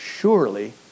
Surely